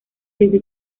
desde